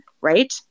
right